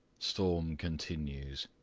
storm continues.